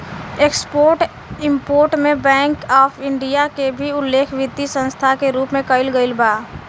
export import में bank of India के भी उल्लेख वित्तीय संस्था के रूप में कईल गईल बा